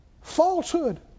falsehood